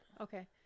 Okay